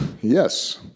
yes